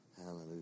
Hallelujah